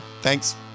thanks